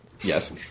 Yes